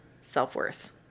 self-worth